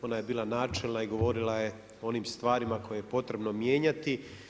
Ona je bila načelna i govorila je o onim stvarima koje je potrebno mijenjati.